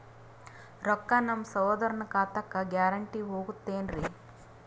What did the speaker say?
ರೊಕ್ಕ ನಮ್ಮಸಹೋದರನ ಖಾತಕ್ಕ ಗ್ಯಾರಂಟಿ ಹೊಗುತೇನ್ರಿ?